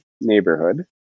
neighborhood